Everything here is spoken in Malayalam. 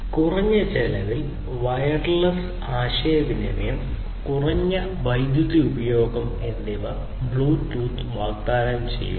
കുറഞ്ഞ ചെലവിൽ വയർലെസ് ആശയവിനിമയം കുറഞ്ഞ വൈദ്യുതി ഉപഭോഗം എന്നിവ ബ്ലൂടൂത്ത് വാഗ്ദാനം ചെയ്യുന്നു